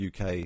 UK